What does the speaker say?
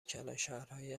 کلانشهرهایی